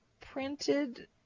printed